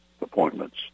appointments